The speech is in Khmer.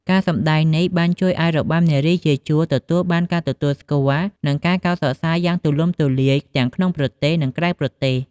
ការសម្តែងនេះបានជួយឱ្យរបាំនារីជាជួរទទួលបានការទទួលស្គាល់ និងការកោតសរសើរយ៉ាងទូលំទូលាយ ទាំងក្នុងប្រទេស និងក្រៅប្រទេស។